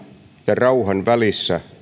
ja rauhan välissä